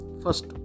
First